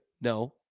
No